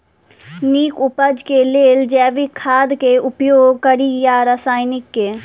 नीक उपज केँ लेल जैविक खाद केँ उपयोग कड़ी या रासायनिक केँ?